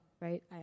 right